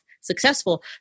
successful